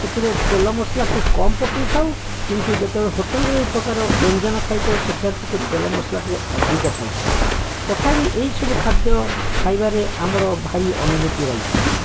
ସେଥିରେ ତେଲ ମସଲା ଟିକିଏ କମ ପକେଇଥାଉ କିନ୍ତୁ ଯେତେବେଳେ ହୋଟେଲରେ ଏହିପକାର ବ୍ୟଞ୍ଜନ ଖାଇଥାଉ ସେଠାରେ ଟିକିଏ ତେଲମସଲା ଟିକିଏ ଅଧିକ ପାଇଥାଉ ତଥାପି ଏହିସବୁ ଖାଦ୍ୟ ଖାଇବାରେ ଆମର ଭାରି ଅନୁଭୂତି ରହିଛି